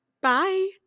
Bye